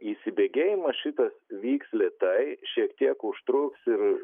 įsibėgėjimas šitas vyks lėtai šiek tiek užtruks ir